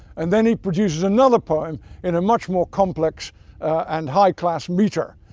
and then he produces another poem in a much more complex and high-class metre,